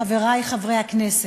חברי חברי הכנסת,